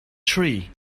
tree